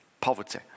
poverty